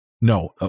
no